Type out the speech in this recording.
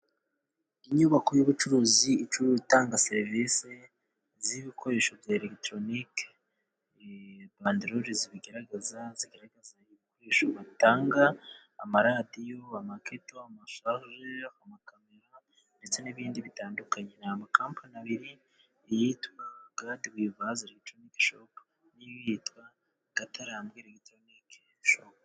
Inyubako y'ubucuruzi itanga serivisi z'ibikoresho bya elegitoronike, bandroli zibigaragaza zigaragaza ibikoresho batanga amaradiyo, amaketo, amasharijeri, amakamera, ndetse n'ibindi bitandukanye. ni compani abiri iyitwa gadiwivasi elekitronikeshop, n'iyitwa gatarambwelegitonikeshop.